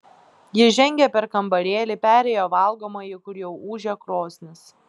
ji žengė per kambarėlį perėjo valgomąjį kur jau ūžė krosnis